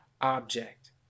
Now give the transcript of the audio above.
object